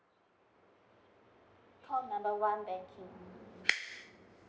call number one banking